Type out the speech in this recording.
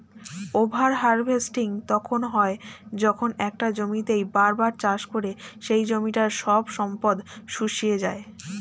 over harvesting তখন হয় যখন একটা জমিতেই বার বার চাষ করে সেই জমিটার সব সম্পদ শুষিয়ে যায়